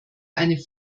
eine